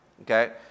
Okay